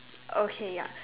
okay ya